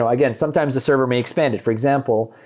again, sometimes a server may expand it. for example,